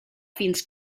fins